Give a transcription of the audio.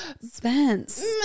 spence